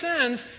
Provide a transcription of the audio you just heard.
sins